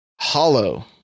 Hollow